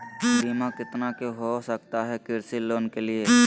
बीमा कितना के हो सकता है कृषि लोन के लिए?